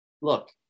look